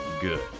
good